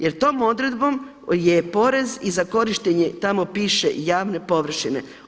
Jer tom odredbom je porez i za korištenje tamo piše javne površine.